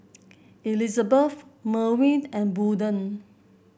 Elizebeth Merwin and Bolden